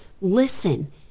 listen